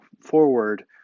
forward